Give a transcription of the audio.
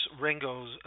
Ringo's